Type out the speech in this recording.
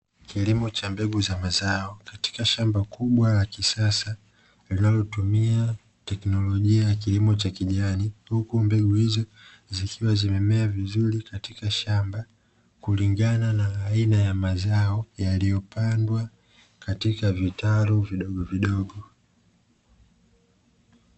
Kilimo cha mbegu za mazao katika shamba kubwa la kisasa linalotumia teknolojia ya kilimo cha kijani, huku mbegu hizo zikiwa zimemea vizuri katika shamba kulingana na aina ya mazao yaliyopandwa katika vitalu vidogovidogo.